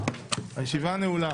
הישיבה נעולה.